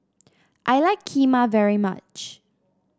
I like Kheema very much